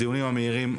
הדיונים המהירים,